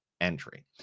entry